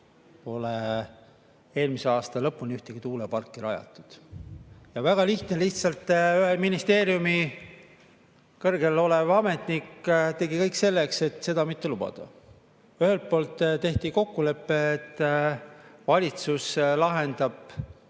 kuni eelmise aasta lõpuni pole ühtegi tuuleparki rajatud. Ja väga lihtne: lihtsalt ühe ministeeriumi kõrgel [kohal] olev ametnik tegi kõik selleks, et seda mitte lubada. Ühelt poolt tehti kokkulepe, et valitsus lahendab